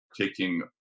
taking